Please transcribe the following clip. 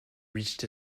reached